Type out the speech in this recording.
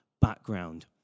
background